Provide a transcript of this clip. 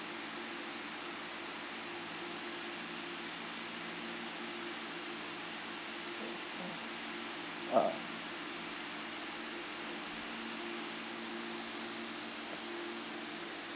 ah